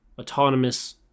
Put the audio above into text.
Autonomous